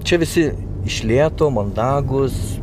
čia visi iš lėto mandagūs